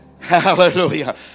Hallelujah